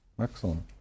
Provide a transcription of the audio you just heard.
Excellent